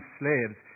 slaves